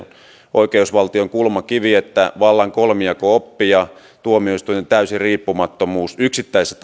oikeusvaltion kulmakivi on vallan kolmijako oppi ja tuomioistuinten täysi riippumattomuus yksittäiset